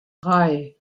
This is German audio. drei